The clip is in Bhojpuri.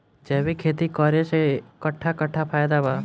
जैविक खेती करे से कट्ठा कट्ठा फायदा बा?